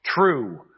true